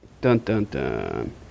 Dun-dun-dun